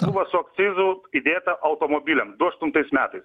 buvo su akcizu įdėta automobiliams du aštuntais metais